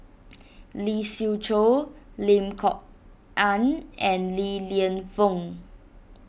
Lee Siew Choh Lim Kok Ann and Li Lienfung